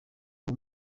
uwo